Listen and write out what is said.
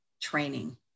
training